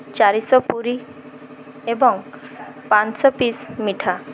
ଚାରିଶହ ପୁରି ଏବଂ ପାଞ୍ଚଶହ ପିସ୍ ମିଠା